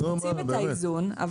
אז מוצאים את האיזון,